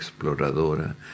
exploradora